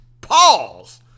Pause